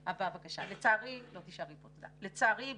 לצערי,